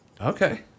Okay